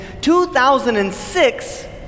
2006